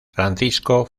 francisco